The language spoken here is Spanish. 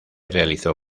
realizó